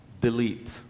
Delete